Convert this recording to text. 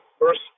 First